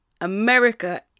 America